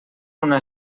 una